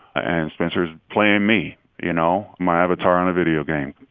and spencer's playing me you know? my avatar on a video game.